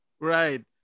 Right